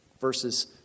Verses